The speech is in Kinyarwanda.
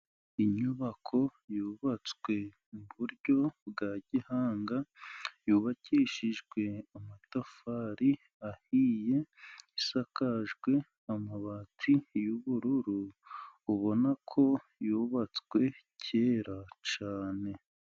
Inyubako yubatswe mu buryo bwa gihanga, yubakishijwe amatafari ahiye, isakajwe amabati y'ubururu, ubona ko yubatswe kera cyane.